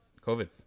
COVID